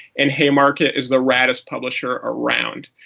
and haymarket is the raddest publisher around.